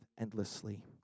endlessly